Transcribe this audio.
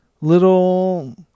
little